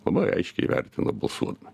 labai aiškiai įvertina balsuodami